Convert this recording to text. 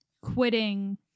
quitting